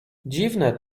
dziwne